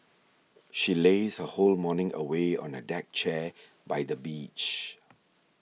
she lazed her whole morning away on a deck chair by the beach